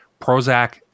Prozac